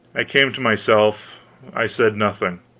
i came to myself i said nothing.